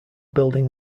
building